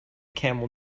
camel